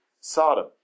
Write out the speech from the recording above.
Sodom